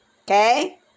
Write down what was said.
Okay